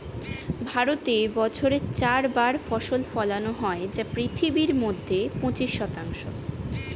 ভারতে বছরে চার বার ফসল ফলানো হয় যা পৃথিবীর মধ্যে পঁচিশ শতাংশ